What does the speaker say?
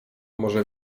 może